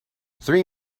three